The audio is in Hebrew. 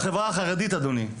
בחברה החרדית, אדוני: